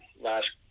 last